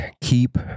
keep